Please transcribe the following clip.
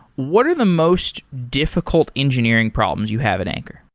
what are the most difficult engineering problem you have in anchor?